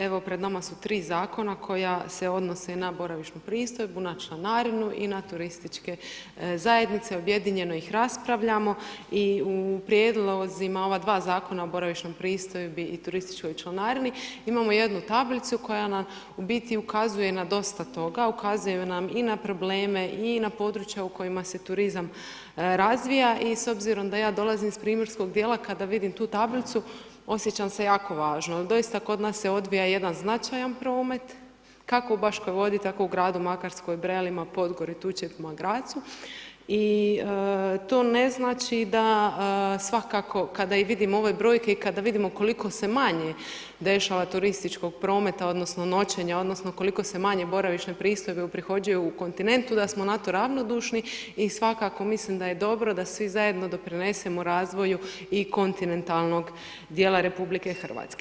Evo pred nama su 3 Zakona koja se odnose na boravišnu pristojbu, na članarinu i na turističke zajednice, objedinjeno ih raspravljamo i u prijedlozima ova dva Zakona o boravišnoj pristojbi i turističkoj članarini imamo jednu tablicu koja nam u biti ukazuje na dosta toga, ukazuje nam i na probleme i na područja u kojima se turizam razvija i s obzirom da ja dolazim iz primorskog dijela, kada vidim tu tablicu, osjećam se jako važno, jel doista kod nas se odvija jedan značajan promet, kako u Baškoj Vodi, tako u gradu Makarskoj, Brelima, Podgori, Tučepima, Grazu i to ne znači da svakako kada i vidim ove brojke i kada vidimo koliko se manje dešava turističkog prometa odnosno noćenja odnosno koliko se manje boravišne pristojbe uprihođuje u kontinentu da smo na to ravnodušni i svakako mislim da je dobro da svi zajedno doprinesemo razvoju i kontinentalnog dijela RH.